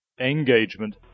engagement